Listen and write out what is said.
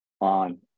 on